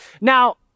Now